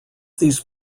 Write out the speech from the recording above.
these